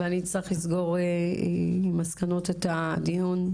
ואני אצטרך לסגור עם מסקנות את הדיון.